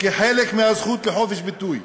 כחלק מהזכות לחופש ביטוי.